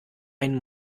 einen